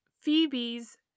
Phoebe's